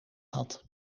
had